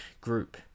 group